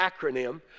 acronym